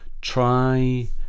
try